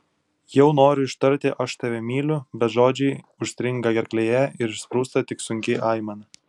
jau noriu ištarti aš tave myliu bet žodžiai užstringa gerklėje ir išsprūsta tik sunki aimana